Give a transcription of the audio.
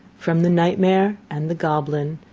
from the night-mare and the goblin,